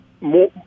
more